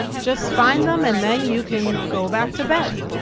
just find them and then you can go back to bed.